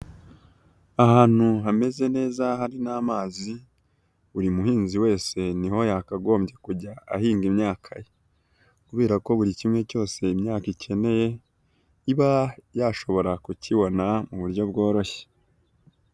Ahantu hameze neza hari n'amazi, buri muhinzi wese niho yakagombye kujya ahinga imyaka ye kubera ko buri kimwe cyose imyaka ikeneye iba yashobora kukibona mu buryo bworoshye.